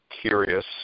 curious